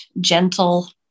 gentle